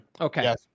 Okay